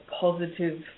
positive